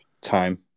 time